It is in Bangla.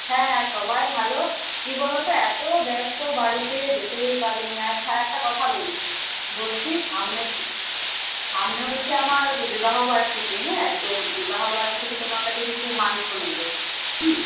হ্যাঁ হ্যাঁ সবাই ভালো কি বলো তো এত ব্যস্ত বাড়িতে যেতেই পারিনি আচ্ছা আর একটা কথা বলি বলছি সামনের সামনে হচ্ছে আমার বিবাহবার্ষিকী হ্যাঁ তো বিবাহবার্ষিকীতে তোমার কাছে কিছু মাংস নেবো হুম